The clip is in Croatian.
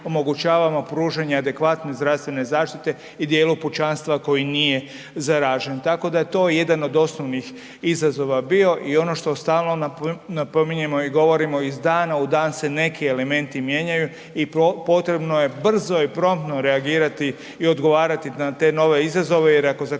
omogućavamo pružanje adekvatne zdravstvene zaštite i dijelu pučanstva koji nije zaražen. Tako da je to jedan od osnovnih izazova bio i ono što stalno napominjemo i govorimo, iz dana u dan se neki elementi mijenjaju i potrebno je brzo i promptno reagirati i odgovarati na te nove izazove jer ako zakasnite